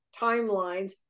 timelines